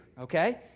okay